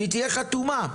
שתהיה חתומה.